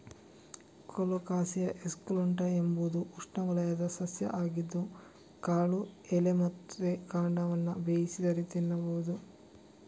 colocasia esculenta ಎಂಬುದು ಉಷ್ಣವಲಯದ ಸಸ್ಯ ಆಗಿದ್ದು ಕಾಳು, ಎಲೆ ಮತ್ತೆ ಕಾಂಡವನ್ನ ಬೇಯಿಸಿದರೆ ತಿನ್ಬಹುದು